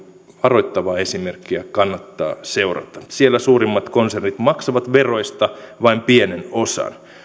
varoittavaa esimerkkiä kannattaa seurata siellä suurimmat konsernit maksavat veroista vain pienen osan